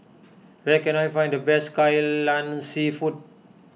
where can I find the best Kai Lan Seafood